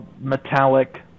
metallic